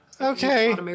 okay